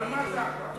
על מה סחה?